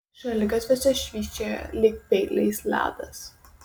šaligatviuose švysčioja lyg peiliais ledas